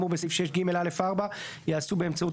כאמור בסעיף 6ג(א)(4) ייעשו באמצעות